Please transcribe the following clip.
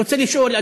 אני רוצה לשאול,